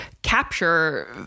capture